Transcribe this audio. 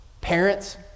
Parents